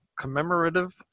commemorative